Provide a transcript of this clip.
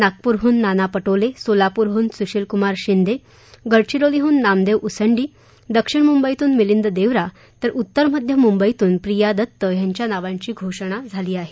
नागपूरहून नाना पटोले सोलापूरहून सुशील कुमार शिंदे गडचिरोली नामदेव उसंडी दक्षिण मुंबईतून मिलिंद देवडा तर उत्तरमध्य मुंबईतून प्रिया दत्त यांच्या नावांची घोषणा त्यात केली आहे